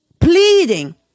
pleading